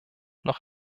noch